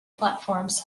platforms